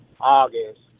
August